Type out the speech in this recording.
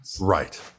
Right